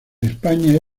españa